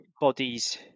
bodies